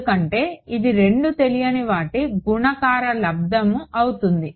ఎందుకంటే ఇది 2 తెలియని వాటి గుణకారలబ్ధము అవుతుంది